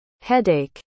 headache